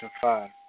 five